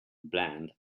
bland